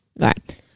Right